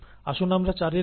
আসুন আমরা 4 এর দিকে দেখি